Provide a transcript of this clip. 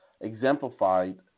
exemplified